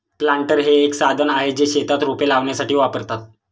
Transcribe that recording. planter हे एक साधन आहे, जे शेतात रोपे लावण्यासाठी वापरतात